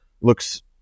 looks